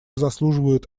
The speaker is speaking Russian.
заслуживают